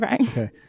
okay